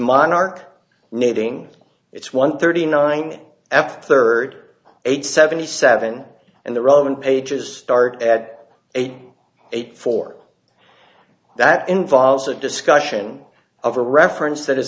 monarch meeting it's one thirty nine f third eight seventy seven and the roman pages start at eighty eight for that involves a discussion of a reference that is